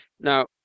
Now